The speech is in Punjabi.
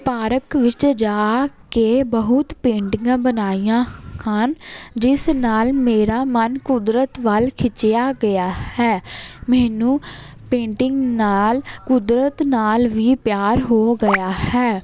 ਪਾਰਕ ਵਿੱਚ ਜਾ ਕੇ ਬਹੁਤ ਪੇਂਟਿੰਗਾਂ ਬਣਾਈਆਂ ਹਨ ਜਿਸ ਨਾਲ਼ ਮੇਰਾ ਮਨ ਕੁਦਰਤ ਵੱਲ ਖਿੱਚਿਆ ਗਿਆ ਹੈ ਮੈਨੂੰ ਪੇਂਟਿੰਗ ਨਾਲ਼ ਕੁਦਰਤ ਨਾਲ਼ ਵੀ ਪਿਆਰ ਹੋ ਗਿਆ ਹੈ